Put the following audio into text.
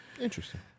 Interesting